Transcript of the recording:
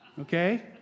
Okay